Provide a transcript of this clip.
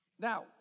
Now